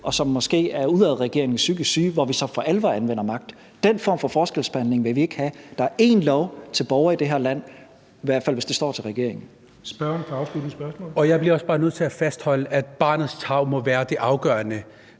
og som måske er udadreagerende psykisk syge, hvor vi så for alvor anvender magt. Den form for forskelsbehandling vil vi ikke have. Der er én lov til borgere i det her land, i hvert fald hvis det står til regeringen. Kl. 13:27 Den fg. formand (Jens Henrik Thulesen Dahl): Spørgeren for et afsluttende